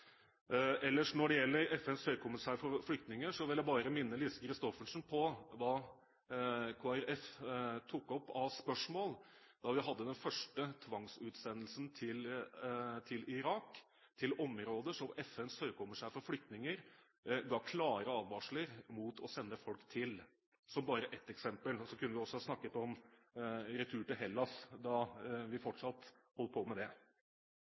Ellers når det gjelder FNs høykommissær for flyktninger, vil jeg bare minne Lise Christoffersen på hva Kristelig Folkeparti tok opp av spørsmål da vi hadde den første tvangsutsendelsen til Irak, til områder som FNs høykommissær for flyktninger ga klare advarsler mot å sende folk til, som bare ett eksempel. Så kunne vi også ha snakket om retur til Hellas, da vi fortsatt holdt på med det.